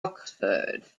oxford